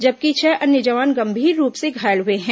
जबकि छह अन्य जवान गंभीर रूप से घायल हुए हैं